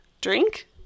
Drink